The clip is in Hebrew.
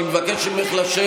אני מבקש ממך לשבת.